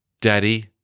Daddy